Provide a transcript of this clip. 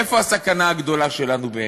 איפה הסכנה הגדולה שלנו באמת,